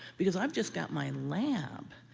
because i've just got my lab.